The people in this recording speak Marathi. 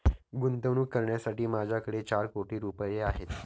गुंतवणूक करण्यासाठी माझ्याकडे चार कोटी रुपये होते